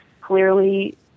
clearly